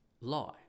lie